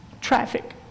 traffic